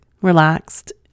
relaxed